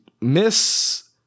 Miss